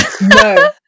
no